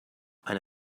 eine